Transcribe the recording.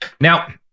Now